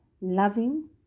loving